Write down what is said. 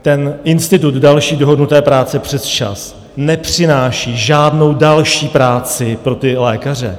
Ten institut další dohodnuté práce přesčas nepřináší žádnou další práci pro ty lékaře.